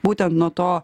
būtent nuo to